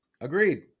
Agreed